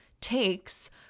takes